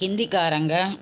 ஹிந்திக்காரங்க